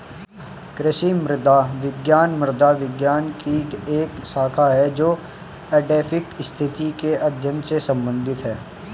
कृषि मृदा विज्ञान मृदा विज्ञान की एक शाखा है जो एडैफिक स्थिति के अध्ययन से संबंधित है